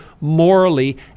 morally